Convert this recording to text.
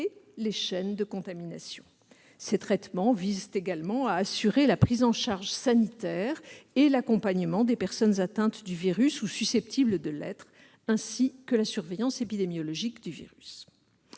les chaînes de contamination. Ces traitements visent également à assurer la prise en charge sanitaire et l'accompagnement des personnes atteintes du virus ou susceptibles de l'être, ainsi que la surveillance épidémiologique du virus.